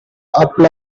apply